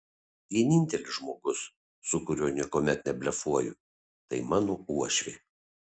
vienintelis žmogus su kuriuo niekuomet neblefuoju tai mano uošvė